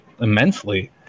immensely